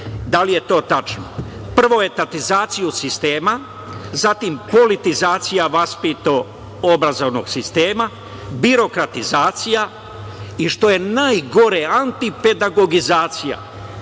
da li je to tačno. Prvo, etatizacija sistema, zatim politizacija vaspitno-obrazovnog sistema, birokratizacija i, što je najgore, antipedagogizacija.